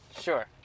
Sure